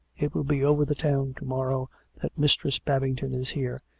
it will be over the town to-morrow that mistress babington is here,